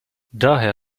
daher